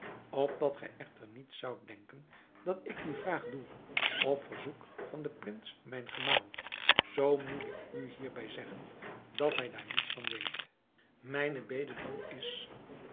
opdat gij echter niet zoudt denken dat ik die vraag doe op verzoek van den prins mijn gemaal zoo moet ik u hierbij zeggen dat hij daar niets van weet mijne bede dan is